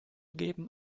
geben